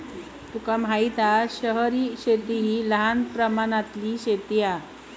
तुका माहित हा शहरी शेती हि लहान प्रमाणातली शेती हा